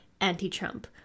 anti-Trump